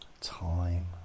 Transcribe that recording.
Time